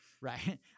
right